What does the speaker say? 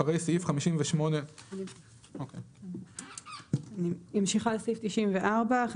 אני ממשיכה לסעיף 94. "94.